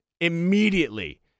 immediately